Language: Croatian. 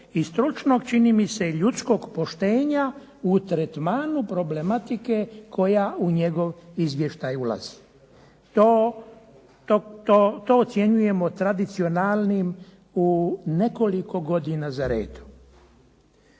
stručnog čini mi se i ljudskog poštenja u tretmanu problematike koja u njegov izvještaj ulazi. To ocjenjujemo tradicionalnim u nekoliko godina za redom.